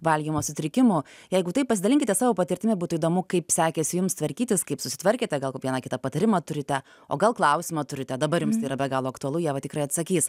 valgymo sutrikimų jeigu taip pasidalinkite savo patirtimi būtų įdomu kaip sekėsi jums tvarkytis kaip susitvarkėte gal vieną kitą patarimą turite o gal klausimą turite dabar jums tai yra be galo aktualu ieva tikrai atsakys